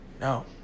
No